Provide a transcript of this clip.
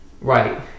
Right